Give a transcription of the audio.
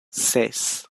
ses